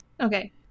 Okay